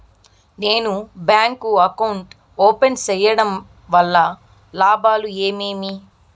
నేను bank account open సేయడం వల్ల లాభాలు ఏమేమి?